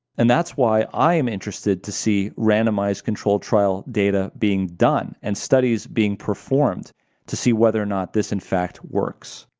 and that's why i am interested to see randomized controlled trial data being done and studies being performed to see whether or not this in fact works.